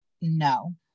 no